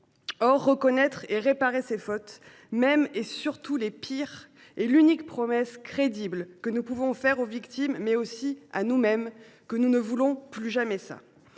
Or, reconnaître et réparer ces fautes, même et surtout les pires, est l’unique promesse crédible que nous pouvons faire aux victimes, ainsi qu’à nous mêmes, pour rappeler que nous ne voulons plus jamais les